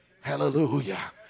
Hallelujah